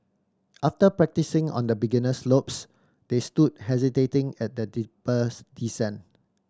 after practising on the beginner slopes they stood hesitating at a steeper's descent